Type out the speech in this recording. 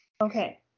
Okay